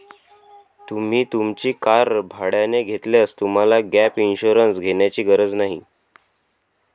तुम्ही तुमची कार भाड्याने घेतल्यास तुम्हाला गॅप इन्शुरन्स घेण्याची गरज नाही